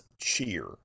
cheer